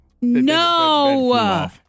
No